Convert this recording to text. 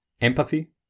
empathy